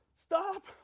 stop